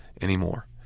anymore